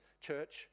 church